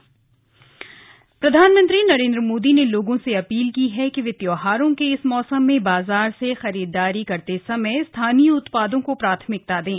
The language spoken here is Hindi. मोदी मन की बात प्रधानमंत्री नरेन्द्रमोदी ने लोगों से अपील की है कि वे त्यौहारों के इस मौसम में बाजार से खरीददारी करतेसमय स्थानीय उत्पादों को प्राथमिकता दें